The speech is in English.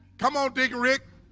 come on digger rick